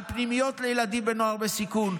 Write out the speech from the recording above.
על פנימיות לילדים ונוער בסיכון,